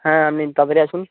হ্যাঁ আমনি তাড়াতাড়ি আসুন